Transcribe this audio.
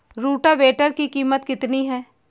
Rotavator की कीमत कितनी है?